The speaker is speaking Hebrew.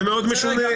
זה מאוד משונה.